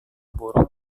burung